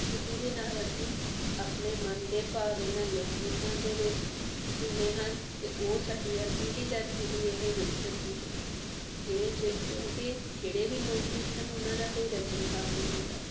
ਕਿ ਜਿਹਦੇ ਨਾਲ ਅਸੀਂ ਆਪਣੇ ਮਨ ਦੇ ਭਾਵ ਇਹਨਾਂ ਲੋਕ ਗੀਤਾਂ ਦੇ ਵਿੱਚ ਹੁੰਦੇ ਹਨ ਅਤੇ ਉਹ ਸਾਡੀਆਂ ਪੀੜ੍ਹੀ ਦਰ ਪੀੜ੍ਹੀ ਇਹ ਵਿਕਸਿਤ ਹੁੰਦੇ ਹਨ ਕਿਵੇਂ ਜੇ ਕਿਉਂਕਿ ਜਿਹੜੇ ਵੀ ਲੋਕ ਗੀਤ ਹਨ ਉਹਨਾਂ ਦਾ ਕੋਈ ਰਚਨਹਾਰ ਨਹੀਂ ਹੁੰਦਾ